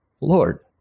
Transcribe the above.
Lord